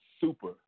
Super